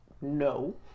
no